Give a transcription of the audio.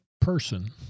person